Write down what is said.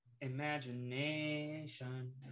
imagination